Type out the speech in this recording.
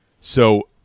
So-